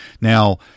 Now